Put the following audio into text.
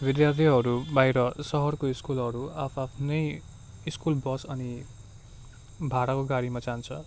विद्यार्थीहरू बाहिर सहरको स्कुलहरू आआफ्नै स्कुल बस अनि भाडाको गाडीमा जान्छ